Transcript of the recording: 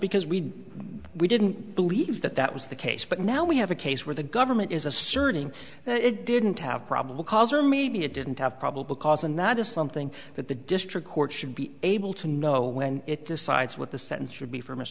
because we we didn't believe that that was the case but now we have a case where the government is asserting that it didn't have probable cause or maybe it didn't have probable cause and that is something that the district court should be able to know when it decides what the sentence should be for m